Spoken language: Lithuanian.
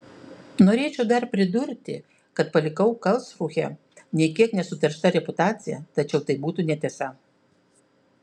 norėčiau dar pridurti kad palikau karlsrūhę nė kiek nesuteršta reputacija tačiau tai būtų netiesa